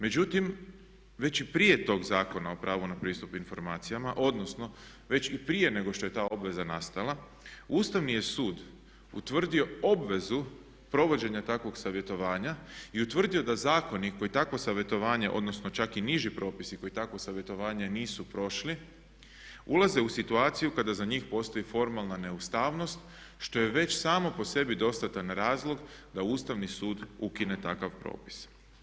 Međutim već i prije tog Zakona o pravu na pristup informacijama, odnosno već i prije nego što je ta obveza nastala Ustavni je sud utvrdio obvezu provođenja takvog savjetovanja i utvrdio da zakoni koji takvo savjetovanje, odnosno čak i niži propisi koji takvo savjetovanje nisu prošli ulaze u situaciju kada za njih postoji formalna neustavnost što je već samo po sebi dostatan razlog da Ustavni sud ukine takav propis.